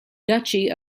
duchy